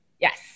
Yes